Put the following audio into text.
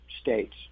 states